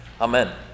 Amen